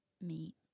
meet